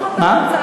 מה?